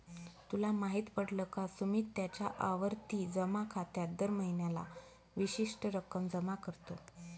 तुला माहित पडल का? सुमित त्याच्या आवर्ती जमा खात्यात दर महीन्याला विशिष्ट रक्कम जमा करतो